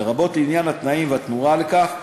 לרבות לעניין התנאים והתמורה לכך,